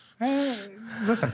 Listen